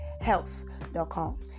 health.com